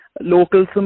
Locals